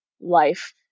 life